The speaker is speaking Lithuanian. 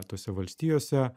tose valstijose